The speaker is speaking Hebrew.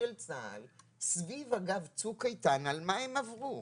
של צה"ל סביב 'צוק איתן' על מה הם עברו.